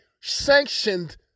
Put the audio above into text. sanctioned